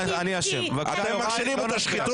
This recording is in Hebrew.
אתם מכשירים את השחיתות.